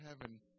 heaven